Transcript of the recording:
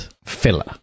filler